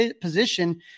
position